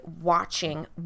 watching